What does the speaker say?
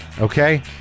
okay